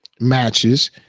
matches